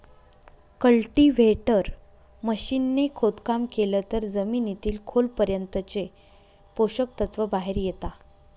cultivator machine ने खोदकाम केलं तर जमिनीतील खोल पर्यंतचे पोषक तत्व बाहेर येता